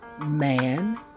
man